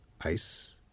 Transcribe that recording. ice